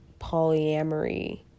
polyamory